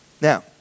Now